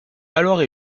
alors